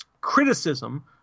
criticism